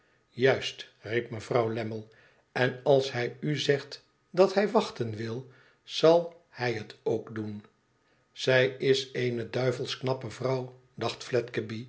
juist riep mevrouw lammie len als hij u zegt dat hij wachten wil zal hij het ook doen zij is eene duivelsch knappe vrouw dacht